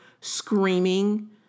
screaming